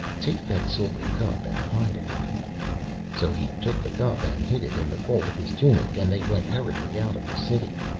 take that silver cup and hide it so he took the cup and hid it in the fold of his tunic, and they went hurriedly out of the city.